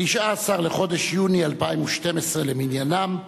19 בחודש יוני 2012 למניינם.